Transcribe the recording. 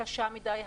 קשה מדי,